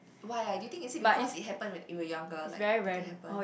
why ah do you think is it because it happen when we were younger like the thing happen